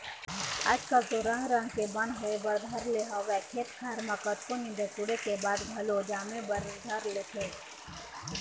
आज कल तो रंग रंग के बन होय बर धर ले हवय खेत खार म कतको नींदे कोड़े के बाद घलोक जामे बर धर लेथे